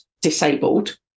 disabled